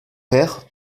père